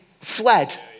fled